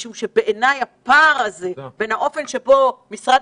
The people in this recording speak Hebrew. משום שבעיניי הפער הזה בין האופן שבו משרד